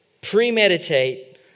premeditate